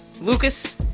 lucas